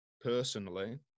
personally